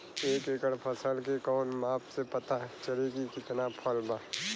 एक एकड़ फसल के कवन माप से पता चली की कितना फल बा?